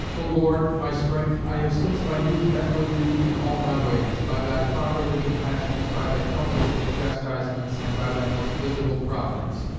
o lord, my strength, i have since my youth met with thee in all my ways, by thy fatherly compassions, by thy comfortable chastisements, and by thy most visible providence.